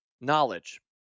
knowledge